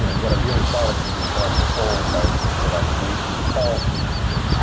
you know what i really thought i should do, until i was told by a teacher than i was way too tall to be an actor.